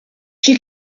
she